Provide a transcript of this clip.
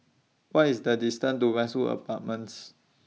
What IS The distance to Westwood Apartments